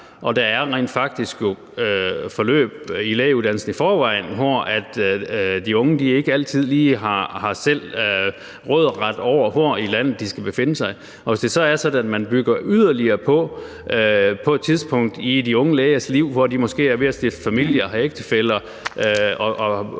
og der er rent faktisk forløb i lægeuddannelsen i forvejen, hvor de unge ikke altid lige selv har råderet over, hvor i landet de skal befinde sig. Og hvis det så er sådan, at man bygger yderligere på på et tidspunkt i de unge lægers liv, hvor de måske er ved at stifte familie eller har en ægtefælle og